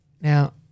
now